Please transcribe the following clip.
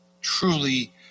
truly